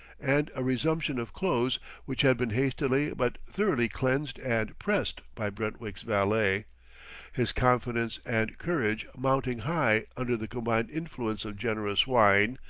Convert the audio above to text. and a resumption of clothes which had been hastily but thoroughly cleansed and pressed by brentwick's valet his confidence and courage mounting high under the combined influence of generous wine,